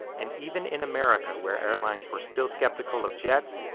and even in america where airlines were still skeptical of jets,